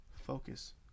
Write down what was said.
Focus